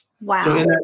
wow